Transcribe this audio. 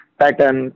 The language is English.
pattern